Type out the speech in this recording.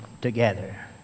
together